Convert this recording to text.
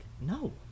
No